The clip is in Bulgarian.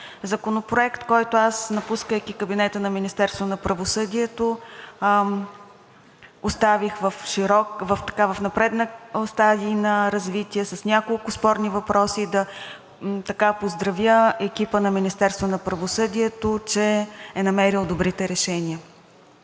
Законопроект, който аз, напускайки кабинета на Министерството на правосъдието, оставих в напреднал стадий на развитие, с няколко спорни въпроса, да поздравя екипа на Министерството на правосъдието, че е намерил добрите решения.